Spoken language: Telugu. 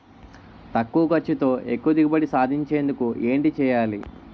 తక్కువ ఖర్చుతో ఎక్కువ దిగుబడి సాధించేందుకు ఏంటి చేయాలి?